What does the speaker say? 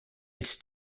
its